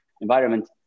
environment